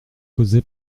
causé